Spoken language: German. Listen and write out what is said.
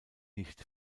nicht